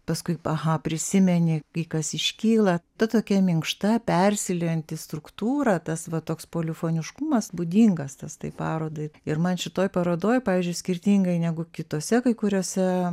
paskui aha prisimeni kai kas iškyla ta tokia minkšta persiliejanti struktūra tas va toks polifoniškumas būdingas tas tai parodai ir man šitoj parodoj pavyzdžiui skirtingai negu kitose kai kuriose